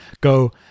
go